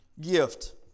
gift